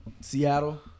Seattle